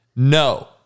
No